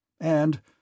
and—